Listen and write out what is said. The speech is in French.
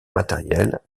matérielle